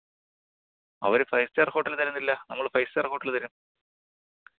അവർ five star hotel തരുന്നില്ല നമ്മൾ five star hotel തരും